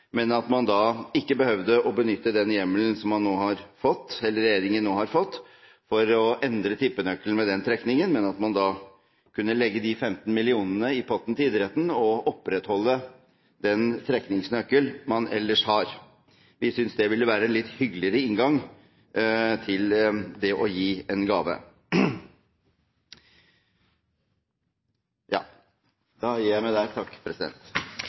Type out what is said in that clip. Men da behøvde man ikke å benytte den hjemmelen som regjeringen nå har fått til å endre tippenøkkelen ved den trekningen, men man kunne legge de 15 millionene i potten til idretten og opprettholde den tippenøkkel man ellers har. Vi synes det ville være en litt hyggeligere inngang til det å gi en gave.